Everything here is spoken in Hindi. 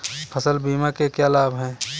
फसल बीमा के क्या लाभ हैं?